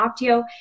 Optio